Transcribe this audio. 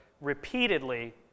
repeatedly